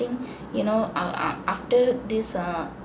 think you know uh uh after this uh